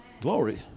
Glory